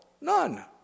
None